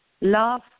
Love